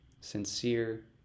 sincere